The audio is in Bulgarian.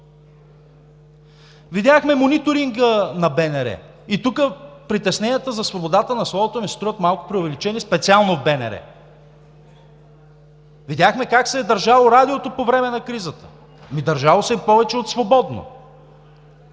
Видяхме мониторинга на БНР и тук притесненията за свободата на словото ми се струват малко преувеличени специално в БНР. Видяхме как се е държало Радиото по време на кризата. Държало се е повече от свободно.